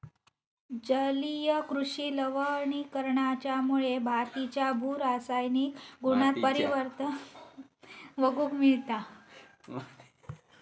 जलीय कृषि लवणीकरणाच्यामुळे मातीच्या भू रासायनिक गुणांत परिवर्तन बघूक मिळता